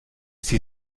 sie